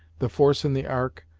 the force in the ark,